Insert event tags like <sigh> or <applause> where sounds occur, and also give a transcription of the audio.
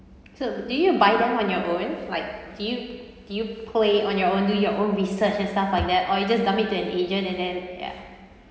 so do you buy them on your own like do you do you play on your own do your own research and stuff like that <noise> or you just dump it to an agent and then ya